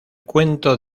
cuento